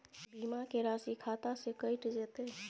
बीमा के राशि खाता से कैट जेतै?